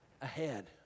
ahead